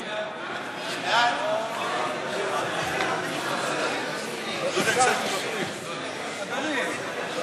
ההצעה להעביר את הצעת חוק לתיקון פקודת התעבורה